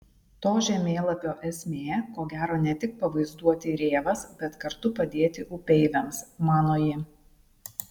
to žemėlapio esmė ko gero ne tik pavaizduoti rėvas bet kartu padėti upeiviams mano ji